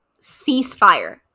ceasefire